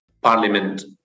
parliament